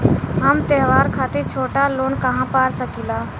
हम त्योहार खातिर छोटा लोन कहा पा सकिला?